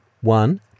One